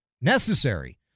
Necessary